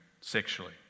sexually